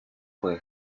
puede